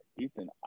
Ethan